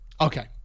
Okay